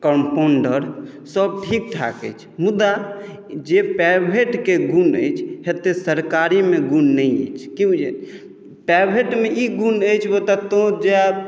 compounder सभ ठीक ठाक अछि मुदा जे प्राइवेटके गुण अछि ततेक सरकारीमे गुण नहि अछि कि बुझलियै प्राइवेटमे ई गुण अछि ओतय तऽ जायब